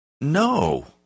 No